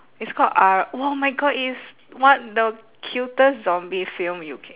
it's called R oh my god it is one the cutest zombie film you can